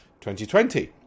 2020